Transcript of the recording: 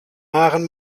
maren